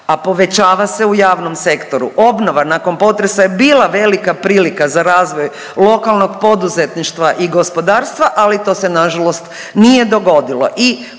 a povećava se u javnom sektoru. Obnova nakon potresa je bila velika prilika za razvoj lokalnog poduzetništva i gospodarstva, ali to se na žalost nije dogodilo.